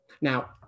Now